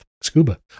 Scuba